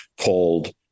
called